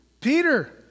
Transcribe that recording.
Peter